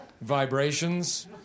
vibrations